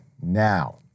Now